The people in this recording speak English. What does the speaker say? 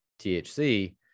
THC